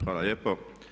Hvala lijepo.